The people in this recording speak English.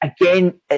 Again